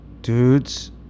Dudes